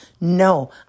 No